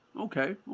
Okay